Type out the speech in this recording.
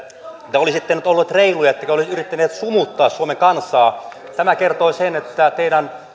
te olisitte nyt olleet reiluja ettekä olisi yrittäneet sumuttaa suomen kansaa tämä kertoo sen että teidän